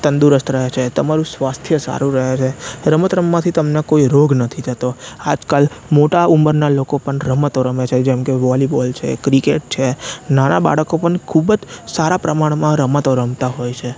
તંદુરસ્ત રહે છે તમારું સ્વાસ્થ્ય સારું રહે છે રમત રમવાથી તમને કોઈ રોગ નથી થતો આજકાલ મોટા ઉંમરના લોકો પણ રમત રમતો રમે છે જેમકે વોલીબોલ છે ક્રિકેટ છે નાના બાળકો પન ખૂબ જ સારા પ્રમાણમાં રમતો રમતા હોય છે